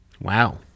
Wow